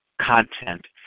content